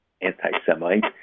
anti-Semite